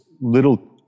little